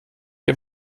ihr